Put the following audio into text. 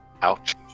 Ouch